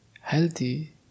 healthy